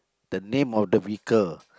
the name of the vehicle